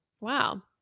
Wow